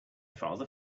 father